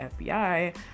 FBI